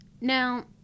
Now